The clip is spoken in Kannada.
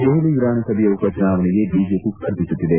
ದೆಹಲಿ ವಿಧಾನಸಭೆಯ ಉಪಚುನಾವಣೆಗೆ ಬಿಜೆಪಿ ಸ್ಪರ್ಧಿಸುತ್ತಿದೆ